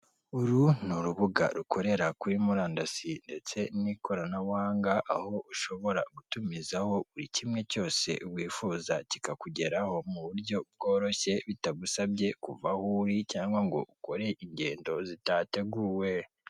Aha ngaha turahareba inzu. Izo nzu bari kutubwira ko, izi nzu zikodeshwa. Kugira ngo abantu baziraremo. Ziherereye i Kigali Kimironko, zifite amabara y'umukara ndetse ku mpande zifite amabara y'umweru. Inzu uri kubona ko iri gukorerwamo.